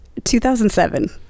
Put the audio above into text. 2007